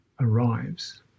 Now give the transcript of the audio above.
arrives